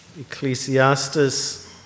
Ecclesiastes